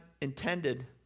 intended